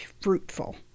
fruitful